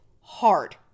hard